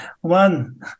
one